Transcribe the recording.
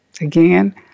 again